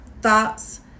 thoughts